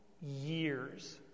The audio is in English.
years